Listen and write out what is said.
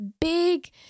big